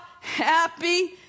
happy